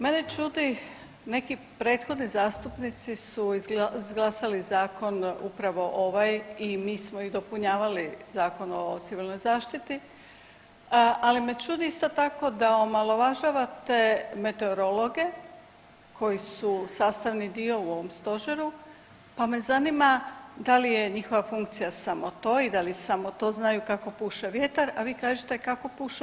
Mene čudi neki prethodni zastupnici su izglasali zakon upravo ovaj i mi smo i dopunjavali Zakon o civilnoj zaštiti, ali me čudi isto tako da omalovažavate meteorologe koji su sastavni dio u ovom Stožeru, pa me zanima da li je njihova funkcija samo to i da li samo to znaju kako puše vjetar, a vi kažete kako puše